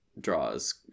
draws